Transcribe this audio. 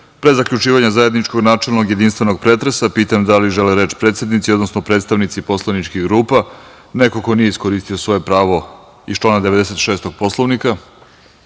pre zaključivanja zajedničkog, načelnog i jedinstvenog pretresa, pitam da li žele reč predsednici, odnosno predstavnici poslaničkih grupa ili neko ko nije iskoristio svoje pravo iz člana 96. Poslovnika?